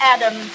Adam